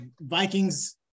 Vikings